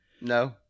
No